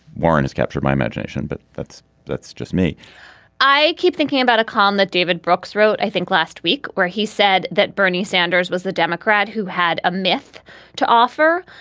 warren has captured my imagination, but that's that's just me i keep thinking about a column that david brooks wrote, i think last week where he said that bernie sanders was the democrat who had a myth to offer,